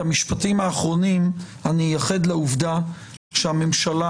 את המשפטים האחרונים אני אייחד לעובדה שהממשלה